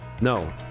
no